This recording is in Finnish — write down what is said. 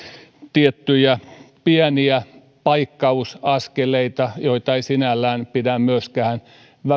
tiettyjä pieniä paikkausaskeleita joita ei sinällään pidä myöskään